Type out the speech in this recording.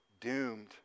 doomed